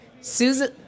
Susan